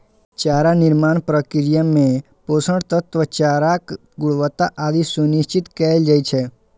चारा निर्माण प्रक्रिया मे पोषक तत्व, चाराक गुणवत्ता आदि सुनिश्चित कैल जाइ छै